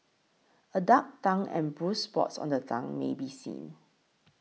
a dark tongue and bruised spots on the tongue may be seen